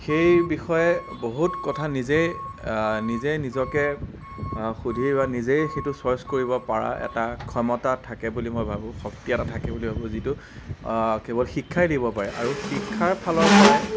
সেই বিষয়ে বহুত কথা নিজেই নিজেই নিজকে সুধি বা নিজেই সেইটো চইচ কৰিব পৰা এটা ক্ষমতা থাকে বুলি মই ভাবোঁ শক্তি এটা থাকে বুলি ভাবোঁ যিটো কেৱল শিক্ষাই দিব পাৰে আৰু শিক্ষাৰ ফালৰপৰাই